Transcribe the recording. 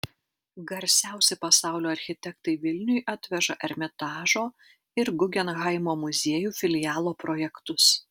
garsiausi pasaulio architektai vilniui atveža ermitažo ir gugenhaimo muziejų filialo projektus